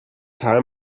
time